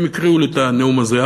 הם הקריאו לי את הנאום הזה.